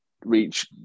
reach